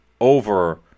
over